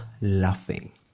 laughing